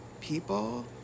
people